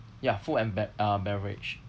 ya food and be~ uh beverage